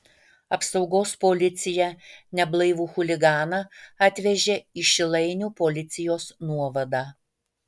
apsaugos policija neblaivų chuliganą atvežė į šilainių policijos nuovadą